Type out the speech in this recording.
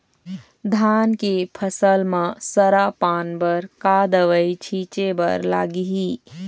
धान के फसल म सरा पान बर का दवई छीचे बर लागिही?